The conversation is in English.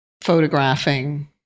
photographing